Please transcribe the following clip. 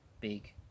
big